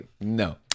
no